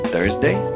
Thursday